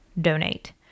donate